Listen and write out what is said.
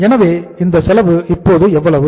எனவே இந்த செலவு இப்போது எவ்வளவு